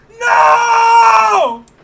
No